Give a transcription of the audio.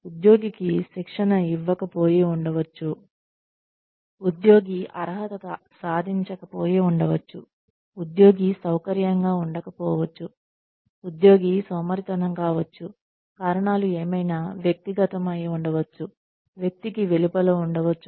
ఉద్యోగికి శిక్షణ ఇవ్వకపోయి ఉండవచ్చు ఉద్యోగి అర్హత సాధించకపోయి ఉండవచ్చు ఉద్యోగి సౌకర్యంగా ఉండకపోవచ్చు ఉద్యోగి సోమరితనం కావచ్చు కారణాలు ఏమైనా వ్యక్తిగతం అయి ఉండవచ్చు వ్యక్తికి వెలుపల ఉండవచ్చు